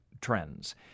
trends